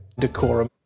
Decorum